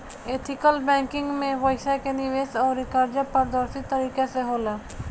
ethical banking में पईसा के निवेश अउर कर्जा पारदर्शी तरीका से होला